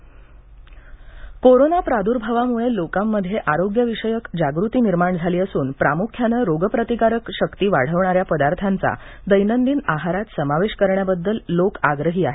आरोग्यवर्धक मिठाई कोरोना प्रादुर्भावामुळं लोकांमध्ये आरोग्यविषयक जागृती निर्माण झाली असून प्रामुख्यानं रोगप्रतिकारक शक्ती वाढवणाऱ्या पदार्थांचा दैनंदिन आहारात समावेश करण्याबद्दल लोक आग्रही आहेत